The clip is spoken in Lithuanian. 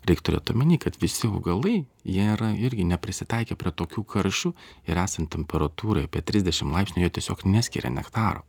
reik turėt omeny kad visi augalai jie yra irgi neprisitaikę prie tokių karščių ir esant temperatūrai apie trisdešimt laipsnių jie tiesiog neskiria nektaro